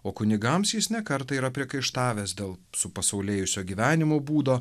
o kunigams jis ne kartą yra priekaištavęs dėl supasaulėjusio gyvenimo būdo